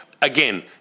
again